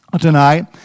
tonight